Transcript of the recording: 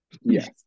Yes